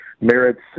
merits